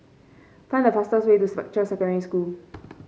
find the fastest way to Spectra Secondary School